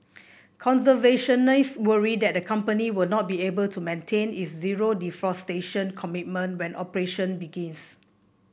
conservationists worry that the company will not be able to maintain is zero deforestation commitment when operation begins